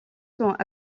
sont